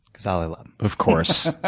gazzaley lab. of course.